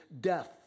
death